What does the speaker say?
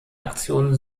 aktion